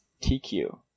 TQ